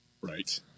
Right